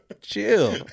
Chill